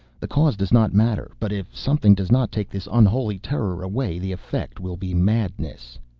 the cause does not matter but if something does not take this unholy terror away, the effect will be madness.